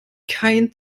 kein